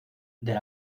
del